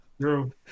True